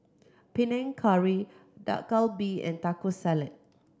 Panang Curry Dak Galbi and Taco Salad